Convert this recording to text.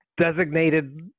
designated